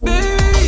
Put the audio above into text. Baby